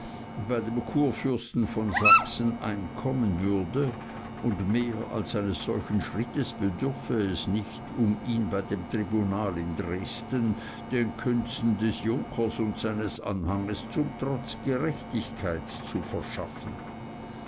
bei dem kurfürsten von sachsen einkommen würde und mehr als eines solchen schrittes bedürfe es nicht um ihm bei dem tribunal in dresden den künsten des junkers und seines anhanges zum trotz gerechtigkeit zu verschaffen